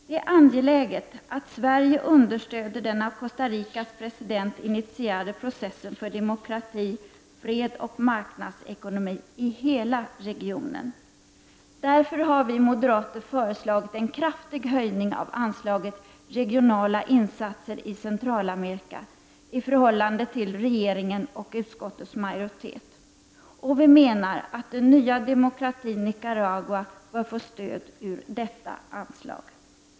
Det är angeläget att Sverige understödjer den av Costa Ricas president initierade processen för demokrati, fred och marknadsekonomi i hela regionen. Därför har vi moderater föreslagit en kraftig höjning av anslaget Regionala insatser i Centralamerika i förhållande till vad regeringen och utskottsmajoriteten föreslår. Vi menar att den nya demokratin Nicaragua bör få stöd ur detta anslag.